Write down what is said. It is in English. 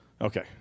Okay